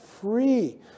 free